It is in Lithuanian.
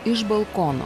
iš balkono